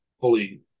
fully